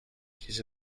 his